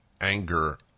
anger